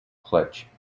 clutch